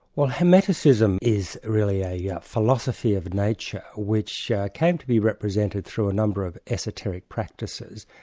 well hermeticism is really a yeah philosophy of nature, which came to be represented through a number of esoteric practices,